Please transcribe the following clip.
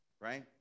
right